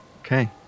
Okay